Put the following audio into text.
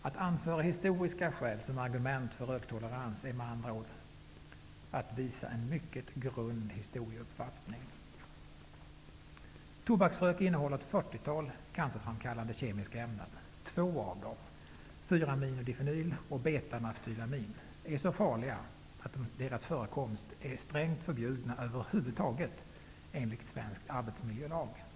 Att anföra historiska skäl som argument för röktolerans är med andra ord att visa en mycket grund historieuppfattning. Tobaksrök innehåller ett fyrtiotal cancerframkallande kemiska ämnen. Två av dessa, 4-aminodifenyl och beta-naftylamin, är så farliga att deras förekomst är strängt förbjuden över huvud taget enligt svensk arbetsmiljölag.